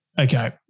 okay